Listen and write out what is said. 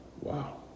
Wow